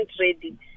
ready